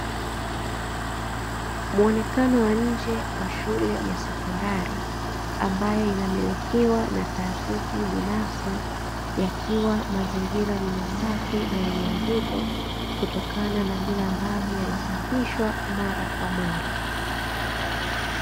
Muonekano wa nje wa shule ya sekondari, ambayo inamilikiwa na taasisi binafsi. Yakiwa mazingira ni masafi na yenye mvuto, kutokana na vile ambavyo inasafishwa mara kwa mara.